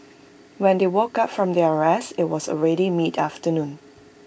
when they woke up from their rest IT was already mid afternoon